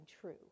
true